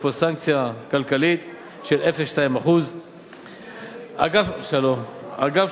יש פה סנקציה כלכלית של 0.2%. אגף שוק